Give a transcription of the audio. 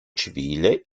civile